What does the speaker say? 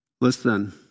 Listen